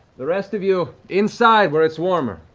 the rest of you, inside, where it's warmer.